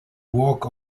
walk